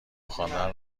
خواندن